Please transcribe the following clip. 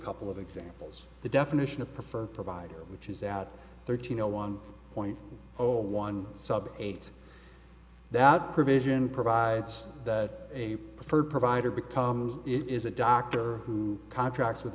couple of examples the definition of preferred provider which is out thirteen zero one point zero one sub eight that provision provides that a preferred provider becomes it is a doctor who contracts with